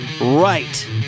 right